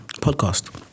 podcast